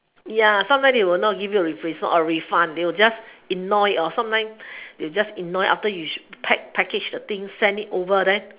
ya sometimes they will not give you a replacement or refund they will just ignore it or sometimes they will just ignore it after you should pack package the things and send it over there